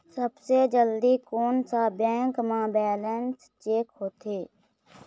सबसे जल्दी कोन सा बैंक म बैलेंस चेक होथे?